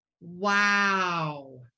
wow